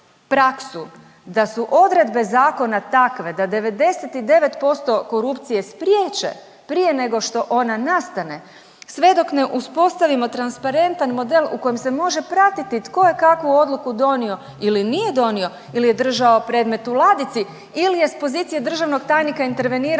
da su odredbe zakona takve da 99% korupcije spriječe prije nego što ona nastane, sve dok ne uspostavimo transparentan model u kojem se može pratiti tko je kakvu odluku donio ili je držao predmet u ladici ili je s pozicije državnog tajnika intervenirao